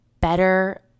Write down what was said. better